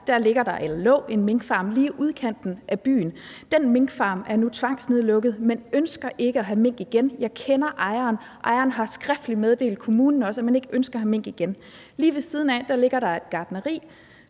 at i Nørager lå der en minkfarm lige i udkanten af byen. Den minkfarm er nu tvangsnedlukket, og man ønsker ikke igen at have mink. Jeg kender ejeren, og ejeren har skriftligt meddelt kommunen, at man ikke ønsker igen at have mink. Lige ved siden af ligger der et gartneri.